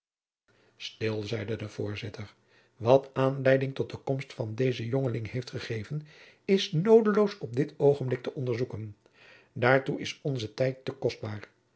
stil zeide de voorzitter wat aanleiding tot de komst van dezen jongeling heeft gegeven is noodeloos op dit oogenblik te onderzoeken daartoe is onze tijd te